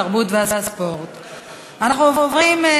התרבות והספורט נתקבלה.